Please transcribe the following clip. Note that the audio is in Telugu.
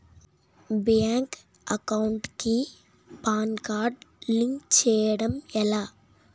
బ్యాంక్ అకౌంట్ కి పాన్ కార్డ్ లింక్ చేయడం ఎలా?